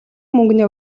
мөнгөний